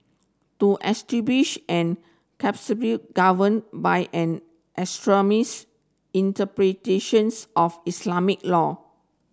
to establish an caliphate governed by an extremist interpretations of Islamic law